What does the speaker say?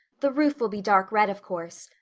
the roof will be dark red, of course.